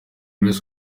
grace